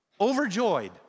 overjoyed